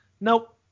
nope